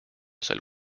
sel